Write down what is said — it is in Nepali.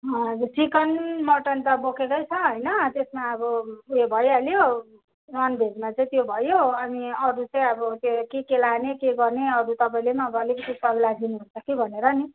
हजुर चिकन मटन त बोकेकै छ होइन त्यसमा अब उयो भइहाल्यो ननभेजमा चाहिँ त्यो भयो अनि अरू चाहिँ अब के के लाने के गर्ने अरू तपाईँले पनि अलिकति सल्लाह दिनुहुन्छ कि भनेर नि